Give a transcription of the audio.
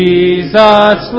Jesus